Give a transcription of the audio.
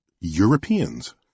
Europeans